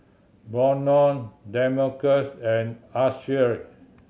Brannon Demarcus and Ashli